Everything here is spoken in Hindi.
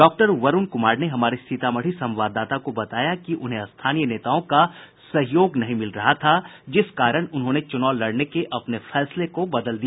डॉक्टर वरूण कुमार ने हमारे सीतामढ़ी संवाददाता को बताया कि उन्हें स्थानीय नेताओं का सहयोग नहीं मिल रहा था जिस कारण उन्होंने चुनाव लड़ने के अपने फैसले को बदल दिया